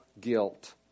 guilt